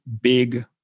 big